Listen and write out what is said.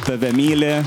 tave myli